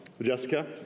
Jessica